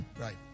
right